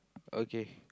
okay